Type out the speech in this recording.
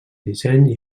disseny